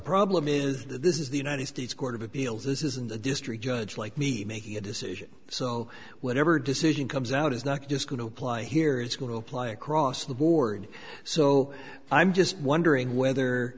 problem is this is the united states court of appeals this isn't the district judge like me making a decision so whatever decision comes out is not just going to apply here it's going to apply across the board so i'm just wondering whether